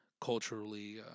culturally